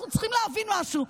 אנחנו צריכים להבין משהו.